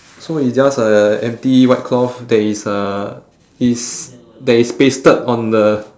so it's just a empty white cloth that is uh is that is pasted on the